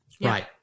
Right